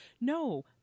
no